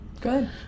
Good